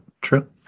true